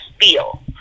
feel